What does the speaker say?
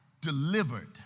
delivered